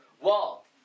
Wall